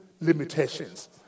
limitations